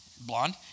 blonde